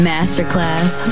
Masterclass